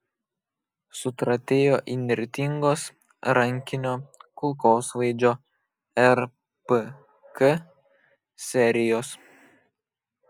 sutratėjo įnirtingos rankinio kulkosvaidžio rpk serijos